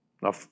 Now